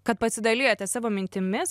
kad pasidalijote savo mintimis